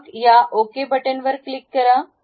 मग या ओके बटणावर क्लिक करा